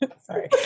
Sorry